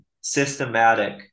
systematic